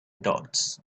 dots